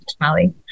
Molly